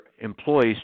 employees